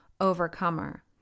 Overcomer